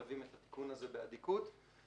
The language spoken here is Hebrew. אני מתכבד לפתוח את ישיבת ועדת הכלכלה בנושא